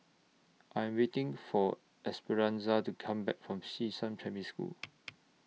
I Am waiting For Esperanza to Come Back from Xishan Primary School